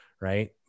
right